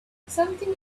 something